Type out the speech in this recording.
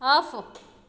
off